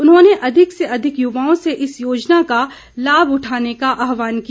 उन्होंने अधिक से अधिक युवाओं से इस योजना का लाभ उठाने का आहवान किया